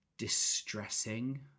distressing